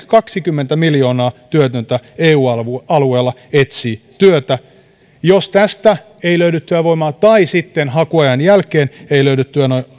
kaksikymmentä miljoonaa työtöntä eu alueella etsii työtä jos tästä ei löydy työvoimaa tai sitten hakuajan jälkeen ei löydy